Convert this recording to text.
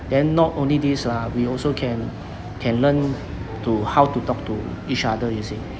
then not only this ah we also can can learn to how to talk to each other you see